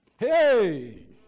Hey